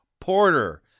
Porter